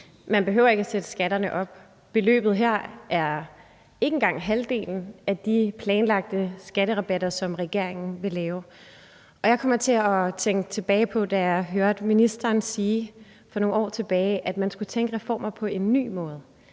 Man behøver ikke at sætte skatterne op. Beløbet her er ikke engang halvdelen af de planlagte skatterabatter, som regeringen vil lave. Jeg kommer til at tænke tilbage på, da jeg hørte ministeren sige for år tilbage, at man skulle tænke reformer på en ny måde,